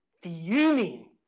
Fuming